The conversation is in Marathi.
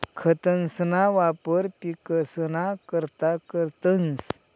खतंसना वापर पिकसना करता करतंस